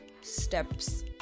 steps